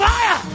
Fire